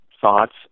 thoughts